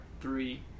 three